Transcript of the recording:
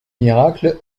miracle